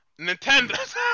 Nintendo